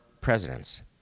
presidents